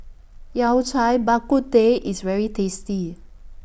Yao Cai Bak Kut Teh IS very tasty